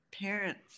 parents